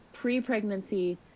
pre-pregnancy